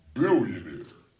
billionaire